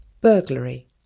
Burglary